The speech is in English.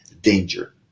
danger